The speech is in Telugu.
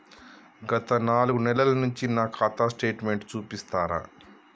గత నాలుగు నెలల నుంచి నా ఖాతా స్టేట్మెంట్ చూపిస్తరా?